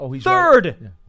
Third